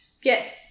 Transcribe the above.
get